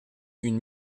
une